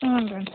ಹ್ಞೂನಣ್ಣ